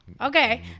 Okay